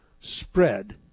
spread